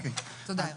תודה.